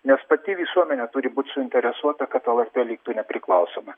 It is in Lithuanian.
nes pati visuomenė turi būt suinteresuota kad lrt liktų nepriklausoma